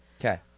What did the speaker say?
okay